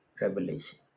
revelation